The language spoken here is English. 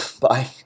Bye